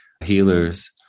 healers